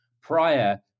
prior